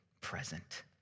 present